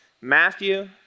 Matthew